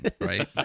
right